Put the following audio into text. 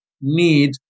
Need